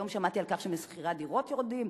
היום שמעתי שמחירי הדירות יורדים.